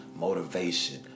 motivation